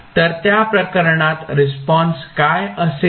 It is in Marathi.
तर त्या प्रकरणात रिस्पॉन्स काय असेल